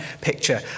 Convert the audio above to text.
picture